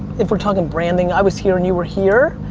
if we're talking branding, i was here and you were here.